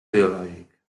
ideològic